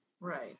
Right